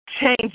change